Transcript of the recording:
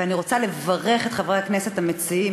אני רוצה לברך את חברי הכנסת המציעים,